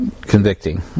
convicting